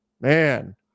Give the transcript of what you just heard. man